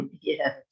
Yes